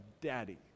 daddy